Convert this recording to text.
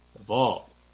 evolved